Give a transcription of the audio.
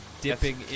dipping